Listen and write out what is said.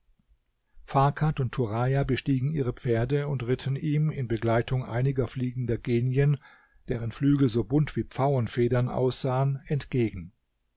farkad und turaja bestiegen ihre pferde und ritten ihm in begleitung einiger fliegender genien deren flügel so bunt wie pfauenfedern aussahen entgegen